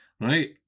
Right